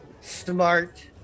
Smart